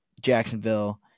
Jacksonville